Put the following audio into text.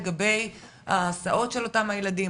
לגבי ההסעות של אותם הילדים,